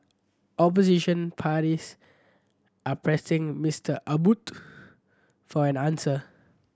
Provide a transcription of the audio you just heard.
opposition parties are pressing Mister Abbott for an answer